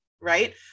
Right